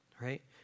Right